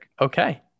Okay